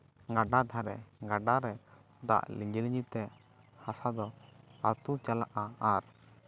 ᱜᱟᱰᱟ ᱫᱷᱟᱨᱮ ᱜᱟᱰᱟᱨᱮ ᱫᱟᱜ ᱞᱤᱸᱡᱤ ᱞᱤᱸᱡᱤᱛᱮ ᱦᱟᱥᱟ ᱫᱚ ᱟᱹᱛᱩ ᱪᱟᱞᱟᱜᱼᱟ ᱟᱨ